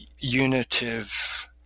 unitive